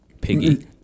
piggy